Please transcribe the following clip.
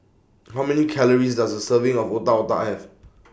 How Many Calories Does A Serving of Otak Otak Have